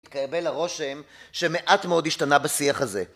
התקבל הרושם שמעט מאוד השתנה בשיח הזה.